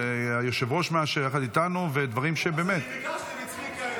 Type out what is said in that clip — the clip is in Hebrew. היושב-ראש מאשר יחד איתנו ודברים שבאמת -- אני ביקשתי מצביקה,